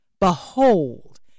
Behold